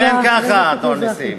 אכן ככה, אדון נסים.